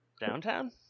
Downtown